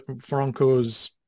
Franco's